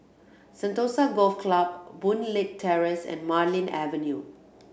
Sentosa Golf Club Boon Leat Terrace and Marlene Avenue